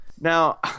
Now